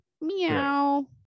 Meow